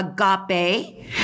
agape